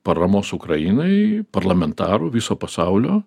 paramos ukrainai parlamentarų viso pasaulio